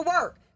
work